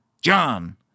John